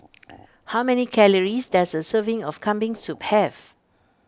how many calories does a serving of Kambing Soup have